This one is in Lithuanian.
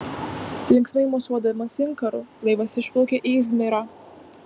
linksmai mosuodamas inkaru laivas išplaukė į izmirą